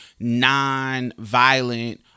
nonviolent